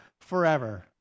forever